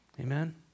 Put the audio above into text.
Amen